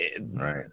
right